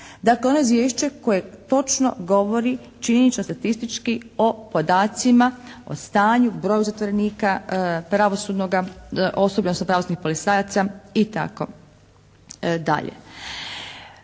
Dakle, ono izvješće koje točno govori činjenično, statistički o podacima o stanju, broju zatvorenika, pravosudnoga osoblja, odnosno pravosudnih policajaca itd.